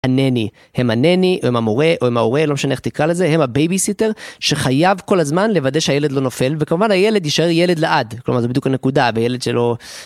הנני, הם הנני או הם המורה או הם ההורה, לא משנה איך תקרא לזה, הם הבייביסיטר שחייב כל הזמן לוודא שהילד לא נופל וכמובן הילד יישאר ילד לעד, כלומר זו בדיוק הנקודה בילד שלא...